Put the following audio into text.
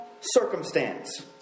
circumstance